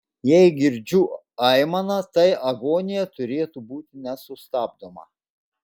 jei girdžiu aimaną tai agonija turėtų būti nesustabdoma